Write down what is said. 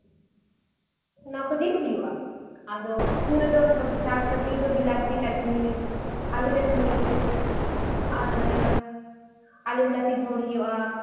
ᱚᱱᱟ ᱠᱚ ᱡᱤᱞ ᱦᱩᱭᱩᱜᱼᱟ ᱟᱫᱚ ᱩᱛᱩ ᱨᱮᱫᱚ ᱥᱟᱠᱼᱥᱚᱵᱡᱤ ᱨᱮᱫᱚ ᱵᱤᱞᱟᱛᱤ ᱪᱟᱴᱱᱤ ᱟᱞᱩ ᱪᱟᱴᱱᱤ ᱟᱨ ᱟᱞᱩ ᱵᱤᱞᱟᱛᱤ ᱨᱟᱥᱮ ᱦᱩᱭᱩᱜᱼᱟ